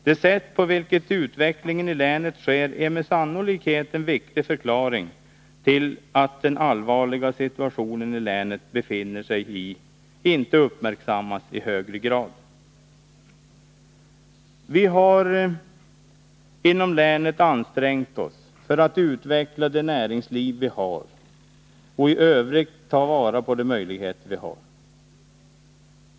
Det sätt på vilket utvecklingen i länet sker är med sannolikhet en viktig förklaring till att den allvarliga situation länet befinner sig i inte uppmärksammas i högre grad. Vi har inom länet ansträngt oss för att utveckla det näringsliv som finns och för att i övrigt ta vara på de möjligheter vi har.